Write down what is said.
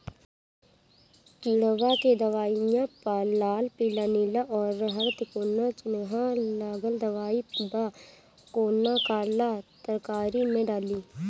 किड़वा के दवाईया प लाल नीला पीला और हर तिकोना चिनहा लगल दवाई बा कौन काला तरकारी मैं डाली?